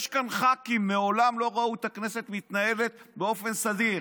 יש כאן חברי כנסת שמעולם לא ראו את הכנסת מתנהלת באופן סדיר,